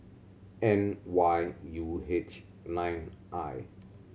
N Y U H nine I